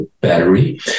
battery